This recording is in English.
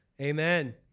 Amen